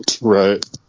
Right